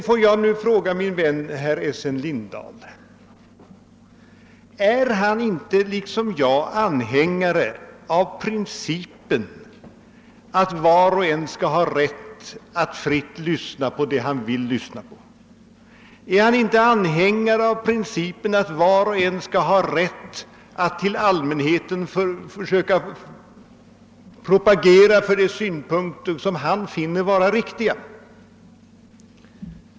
Får jag nu fråga min vän herr Essen Lindahl om han inte liksom jag är anhängare av principen att var och en skall ha rätt att fritt lyssna på det han vill lyssna på. Är han inte anhängare av principen att var och en skall ha rätt att inför allmänheten försöka propagera för de synpunkter som han finner vara riktiga?